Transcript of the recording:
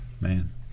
Man